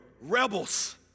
rebels